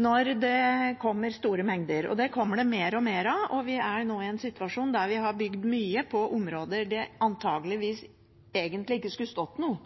når det kommer store mengder. Det kommer det mer og mer av, og vi er nå i en situasjon der vi har bygd mye på områder der det antageligvis egentlig ikke skulle stått noe.